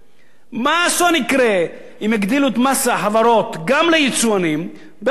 מה אסון יקרה אם יגדילו את מס החברות גם ליצואנים בעוד 5%?